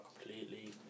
completely